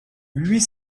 huit